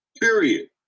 Period